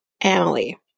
Emily